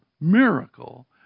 miracle